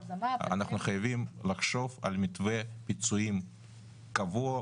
אנחנו חייבים לחשוב על מתווה פיצויים קבוע,